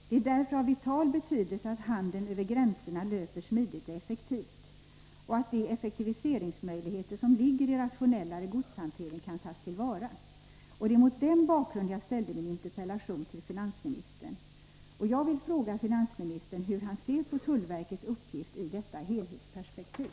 Det är därför av vital betydelse att handeln över gränserna löper smidigt och effektivt och att de effektiviseringsmöjligheter som ligger i rationellare godshantering kan tas till vara. Det är mot den bakgrunden jag har ställt min interpellation till finansministern, och jag vill fråga finansministern hur han ser på tullverkets uppgift i detta helhetsperspektiv.